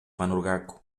πανουργάκου